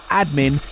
admin